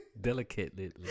delicately